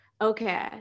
okay